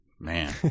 Man